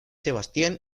sebastián